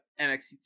NXT